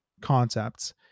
concepts